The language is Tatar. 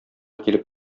килеп